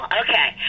okay